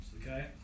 okay